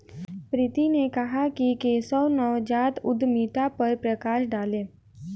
प्रीति ने कहा कि केशव नवजात उद्यमिता पर प्रकाश डालें